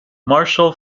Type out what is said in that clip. marshall